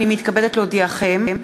הנני מתכבדת להודיעכם,